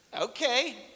Okay